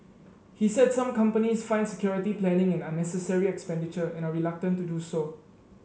he said some companies find security planning an unnecessary expenditure and are reluctant to do so